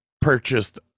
purchased